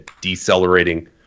decelerating